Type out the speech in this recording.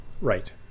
Right